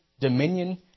dominion